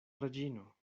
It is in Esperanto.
reĝino